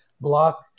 block